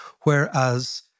Whereas